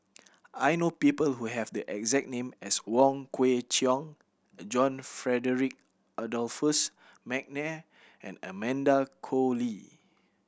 I know people who have the exact name as Wong Kwei Cheong John Frederick Adolphus McNair and Amanda Koe Lee